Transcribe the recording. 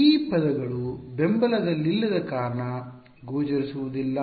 ಈ ಪದಗಳು ಬೆಂಬಲದಲ್ಲಿಲ್ಲದ ಕಾರಣ ಗೋಚರಿಸುವುದಿಲ್ಲ